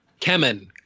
Kemen